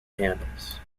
candles